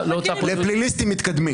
לפליליסטים מתקדמים.